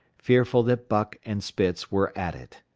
fearful that buck and spitz were at it.